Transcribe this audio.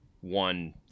one